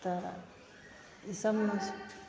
तऽ ईसभमे